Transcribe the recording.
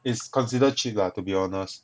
is consider cheap lah to be honest